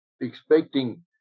expecting